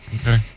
Okay